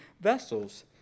vessels